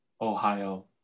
Ohio